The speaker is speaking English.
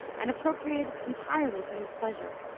and appropriated entirely to his pleasure.